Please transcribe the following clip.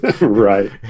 Right